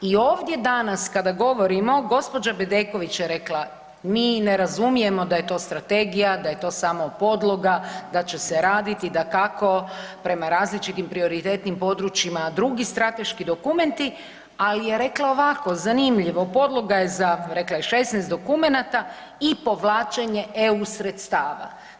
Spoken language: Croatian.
I ovdje danas kada govorimo gospođa Bedeković je rekla mi ne razumijemo da je to strategija, da je to samo podloga, da će se raditi dakako prema različitim prioritetnim područjima drugi strateški dokumenti, ali je rekla ovako, zanimljivo, podloga je za rekla je 16 dokumenata i povlačenje EU sredstava.